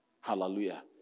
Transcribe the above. Hallelujah